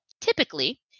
typically